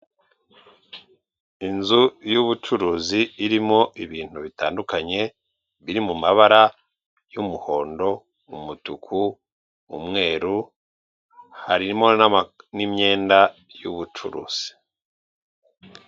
Inzu y'ubucuruzi irimo ibintu bitandukanye biri mu mabara y'umuhondo, umutuku, umweru, harimo n'imyenda y'ubucuruzi.